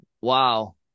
Wow